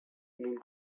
nun